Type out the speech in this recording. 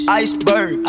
iceberg